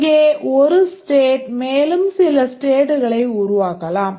இங்கே ஒரு state மேலும் சில stateகள் உருவாக்கலாம்